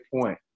point